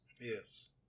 Yes